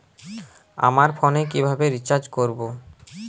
আমার ফোনে কিভাবে রিচার্জ করবো?